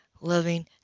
loving